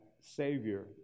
Savior